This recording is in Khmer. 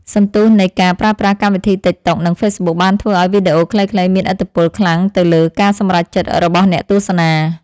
សន្ទុះនៃការប្រើប្រាស់កម្មវិធីតិកតុក និងហ្វេសប៊ុកបានធ្វើឱ្យវីដេអូខ្លីៗមានឥទ្ធិពលខ្លាំងទៅលើការសម្រេចចិត្តរបស់អ្នកទស្សនា។